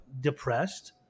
depressed